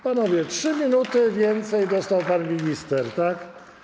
Panowie, 3 minuty więcej dostał pan minister, tak?